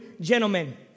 gentlemen